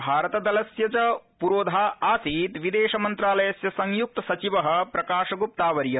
भारतदलस्य च पुरोधा आसीत् विदेश मंत्रालयस्य संयुक्त सचिव प्रकाश गुप्तावर्य